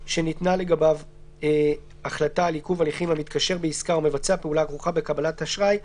שלגביהן יוכל להתקשר בעסקה או לבצע פעולה הכרוכות בקבלת אשראי,